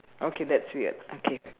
okay that's weird okay